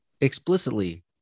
explicitly